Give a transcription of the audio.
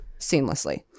seamlessly